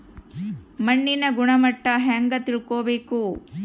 ಮಣ್ಣಿನ ಗುಣಮಟ್ಟ ಹೆಂಗೆ ತಿಳ್ಕೊಬೇಕು?